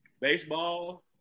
baseball